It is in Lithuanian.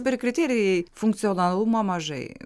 per kriterijai funkcionalumo mažai